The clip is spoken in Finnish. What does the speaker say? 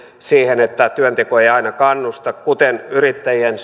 siihen että työnteko ei aina kannusta kuten yrittäjien